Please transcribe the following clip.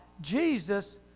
Jesus